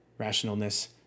rationalness